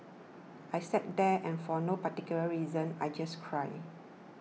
I sat there and for no particular reason I just cried